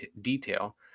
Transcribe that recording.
detail